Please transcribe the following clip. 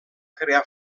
crear